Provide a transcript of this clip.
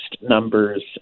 numbers